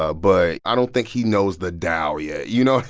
ah but i don't think he knows the dow yet. you know